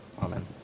Amen